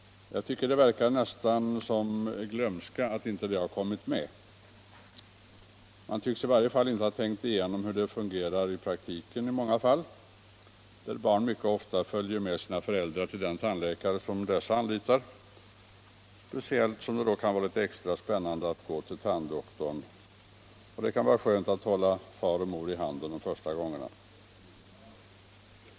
Det verkar nästan som glömska att de inte har kommit med i förslaget. Man tycks i varje fall inte ha tänkt igenom hur det i många fall fungerar i praktiken. Mycket ofta följer barnen med sina föräldrar till den tandläkare som dessa anlitar —- speciellt som det kan vara litet extra spännande att gå till tanddoktorn, och det kan också vara skönt att hålla far och mor i handen de första gångerna.